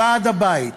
לוועד הבית,